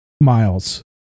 Miles